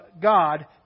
God